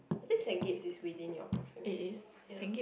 I think Saint-Gabe's is within your proximity ya